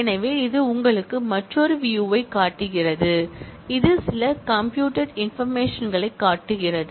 எனவே இது உங்களுக்கு மற்றொரு வியூயைக் காட்டுகிறது இது சில கம்ப்யுயூடெட் இன்பர்மேஷன் களைக் காட்டுகிறது